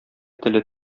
теле